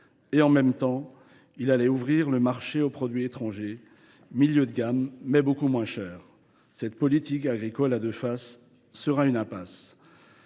« en même temps », il allait ouvrir le marché aux produits étrangers de milieu de gamme, mais beaucoup moins chers. Cette politique agricole à deux faces se révélerait une impasse